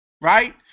right